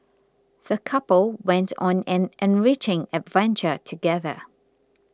the couple went on an enriching adventure together